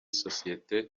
sosiyete